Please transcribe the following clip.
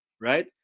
right